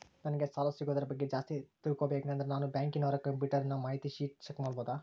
ನಂಗೆ ಸಾಲ ಸಿಗೋದರ ಬಗ್ಗೆ ಜಾಸ್ತಿ ತಿಳಕೋಬೇಕಂದ್ರ ನಾನು ಬ್ಯಾಂಕಿನೋರ ಕಂಪ್ಯೂಟರ್ ಮಾಹಿತಿ ಶೇಟ್ ಚೆಕ್ ಮಾಡಬಹುದಾ?